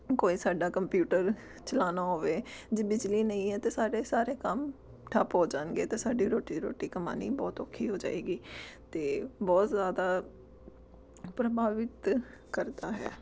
ਕੋਈ ਸਾਡਾ ਕੰਪਿਊਟਰ ਚਲਾਉਣਾ ਹੋਵੇ ਜੇ ਬਿਜਲੀ ਨਹੀਂ ਹੈ ਤਾਂ ਸਾਡੇ ਸਾਰੇ ਕੰਮ ਠੱਪ ਹੋ ਜਾਣਗੇ ਅਤੇ ਸਾਡੀ ਰੋਟੀ ਰੋਟੀ ਕਮਾਉਣੀ ਬਹੁਤ ਔਖੀ ਹੋ ਜਾਵੇਗੀ ਅਤੇ ਬਹੁਤ ਜ਼ਿਆਦਾ ਪ੍ਰਭਾਵਿਤ ਕਰਦਾ ਹੈ